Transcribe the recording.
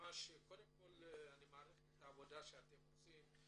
מעריך את העבודה שאתם עושים.